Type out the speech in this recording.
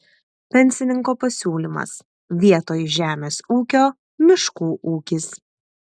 pensininko pasiūlymas vietoj žemės ūkio miškų ūkis